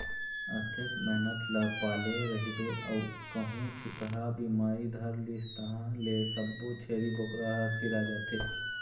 अतेक मेहनत ल पाले रहिबे अउ कहूँ छूतहा बिमारी धर लिस तहाँ ले सब्बो छेरी बोकरा ह सिरा जाथे